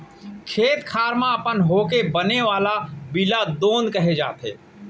खेत खार म अपने होके बने वाला बीला दोंद कहे जाथे